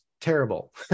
terrible